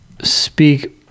speak